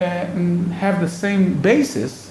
have the same basis